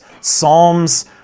Psalms